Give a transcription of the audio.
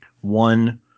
One